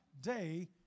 day